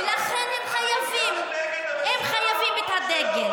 ולכן הם חייבים את הדגל.